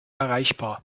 erreichbar